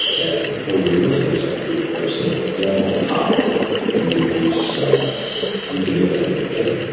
and for your listeners, i could give a very simple example how you can use you can do that in your gym.